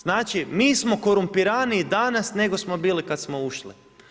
Znači mi smo korumpiraniji danas nego smo bili kad smo ušli.